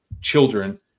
children